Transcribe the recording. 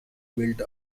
built